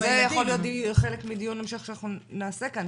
זה יכול להיות חלק מדיון המשך שאנחנו נעשה כאן,